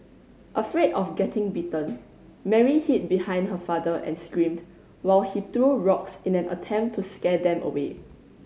afraid of getting bitten Mary hid behind her father and screamed while he threw rocks in an attempt to scare them away